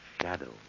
shadow